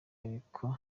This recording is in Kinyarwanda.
hariko